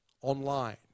online